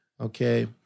Okay